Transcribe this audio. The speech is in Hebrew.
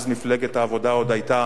אז מפלגת העבודה עוד היתה